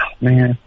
Man